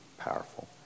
powerful